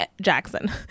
Jackson